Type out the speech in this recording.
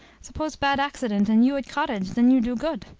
suppose bad accident, and you at cottage, then you do good.